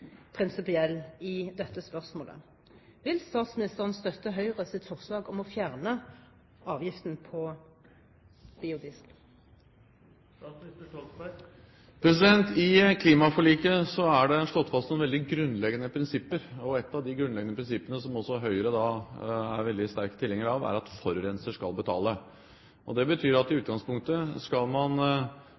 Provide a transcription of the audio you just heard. prinsipiell i dette spørsmålet. Vil statsministeren støtte Høyres forslag om å fjerne avgiften på biodrivstoff? I klimaforliket er det slått fast noen veldig grunnleggende prinsipper, og ett av de grunnleggende prinsippene, som også Høyre er veldig sterk tilhenger av, er at forurenser skal betale. Det betyr at i utgangspunktet skal man